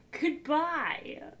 Goodbye